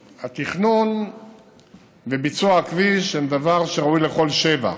תכנון וביצוע של הכביש הם דבר שראוי לכל שבח,